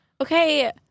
okay